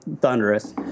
thunderous